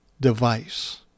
device